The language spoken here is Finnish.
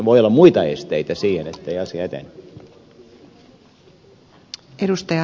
voi olla muita esteitä siihen ettei asia etene